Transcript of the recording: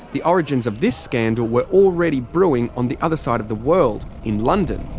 the origins of this scandal were already brewing on the other side of the world, in london.